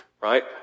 right